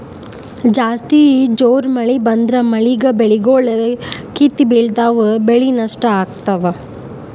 ಜಾಸ್ತಿ ಜೋರ್ ಮಳಿ ಬಂದ್ರ ಮಳೀಗಿ ಬೆಳಿಗೊಳ್ ಕಿತ್ತಿ ಬಿಳ್ತಾವ್ ಬೆಳಿ ನಷ್ಟ್ ಆಗ್ತಾವ್